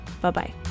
Bye-bye